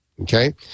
Okay